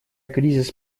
кризис